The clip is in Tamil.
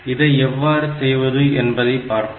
இதை எவ்வாறு செய்வது என்பதை பார்ப்போம்